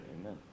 Amen